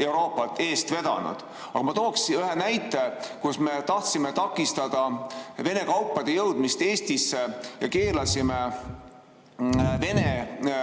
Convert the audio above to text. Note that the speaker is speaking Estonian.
Euroopat eest vedanud. Aga ma toon ühe näite, kuidas me tahtsime takistada Vene kaupade jõudmist Eestisse ja keelasime Vene